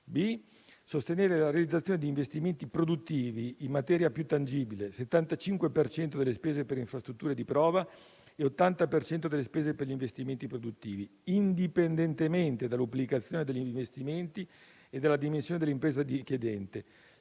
sostenere la realizzazione di investimenti "produttivi" in maniera più tangibile (75 per cento delle spese per le infrastrutture di prova e 80 per cento delle spese per gli investimenti produttivi), indipendentemente dall'ubicazione degli investimenti e dalla dimensione dell'impresa richiedente,